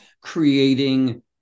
creating